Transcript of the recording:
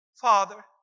Father